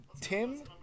Tim